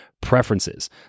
preferences